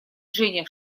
женя